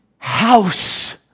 House